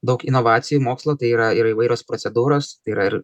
daug inovacijų mokslo tai yra ir įvairios procedūros yra ir